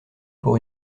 pour